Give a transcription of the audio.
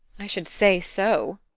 i should say so!